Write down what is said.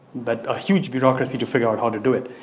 but a huge bureaucracy to figure out how to do it.